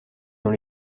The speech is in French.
dans